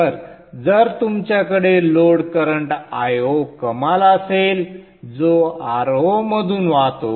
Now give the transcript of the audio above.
तर जर तुमच्याकडे लोड करंट Io कमाल असेल जो Ro मधून वाहतो